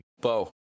Bo